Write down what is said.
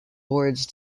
words